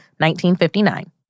1959